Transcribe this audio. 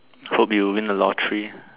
hope you win the lottery